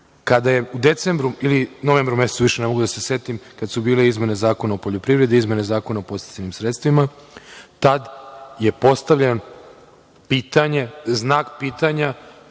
je u decembru ili novembru mesecu, više ne mogu da se setim, kad su bile izmene Zakona o poljoprivredi, izmene Zakona o podsticajnim sredstvima, tad je postavljen znak pitanja